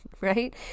right